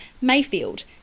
Mayfield